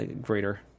greater